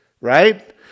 right